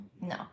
No